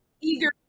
eager